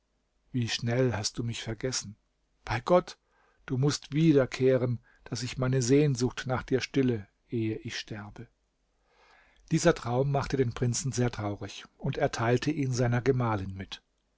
wie schnell hast du mich vergessen bei gott du mußt wiederkehren daß ich meine sehnsucht nach dir stille ehe ich sterbe dieser traum machte den prinzen sehr traurig und er teilte ihn seiner gemahlin mit